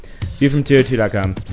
ViewFrom202.com